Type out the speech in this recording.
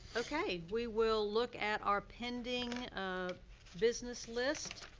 okay, we will look at our pending business list.